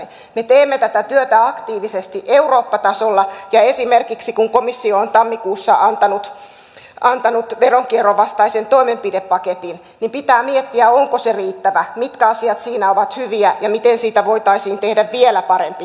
me teemme tätä työtä aktiivisesti eurooppa tasolla ja esimerkiksi kun komissio on tammikuussa antanut veronkierron vastaisen toimenpidepaketin niin pitää miettiä onko se riittävä mitkä asiat siinä ovat hyviä ja miten siitä voitaisiin tehdä vielä parempi